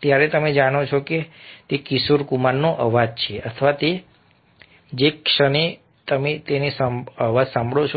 ત્યારે તમે જાણો છો કે તે કિશોર કુમારનો અવાજ છે અથવા જે ક્ષણે તમે તેનો અવાજ સાંભળો છો